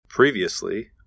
previously